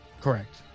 Correct